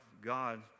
God